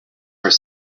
are